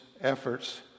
efforts